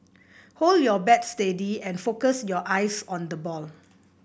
hold your bat steady and focus your eyes on the ball